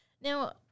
Now